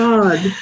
God